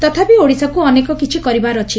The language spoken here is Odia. ତଥାପି ଓଡ଼ିଶାକୁ ଅନେକ କିଛି କରିବାର ଅଛି